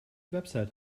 website